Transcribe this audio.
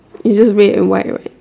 it's just red and white